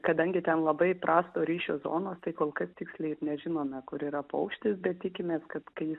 kadangi ten labai prasto ryšio zonos tai kol kas tiksliai nežinome kur yra paukštis bet tikimės kad kai jis